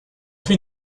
fait